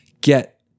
Get